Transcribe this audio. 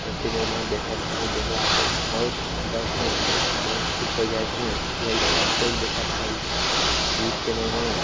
आ सिनेमा देखैके चाही देखलासँ बहुत अंदरसँ मन खुश हो जाइत छै इएह से हर केओके देखयके चाही गीत सिनेमा